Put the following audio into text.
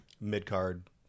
mid-card